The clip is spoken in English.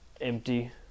empty